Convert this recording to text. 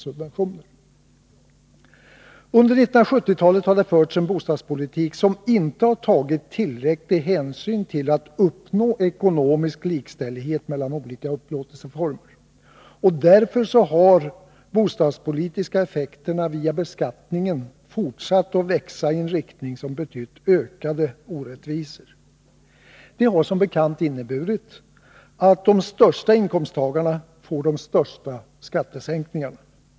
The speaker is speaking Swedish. Under 1970-talet har det förts en bostadspolitik som inte har tagit tillräcklig hänsyn till vikten av att uppnå ekonomisk likställighet mellan olika upplåtelseformer. Därför har de bostadspolitiska effekterna via beskattningen fortsatt att växa i en riktning som betytt ökade orättvisor. Det har som bekant inneburit att de största inkomsttagarna får de största skattesänkningarna.